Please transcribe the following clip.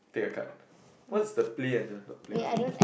take your card what's the play and the not play what's that